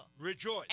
Rejoice